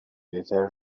بهتره